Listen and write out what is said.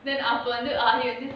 then அப்போ வந்து:appo vanthu